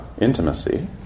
intimacy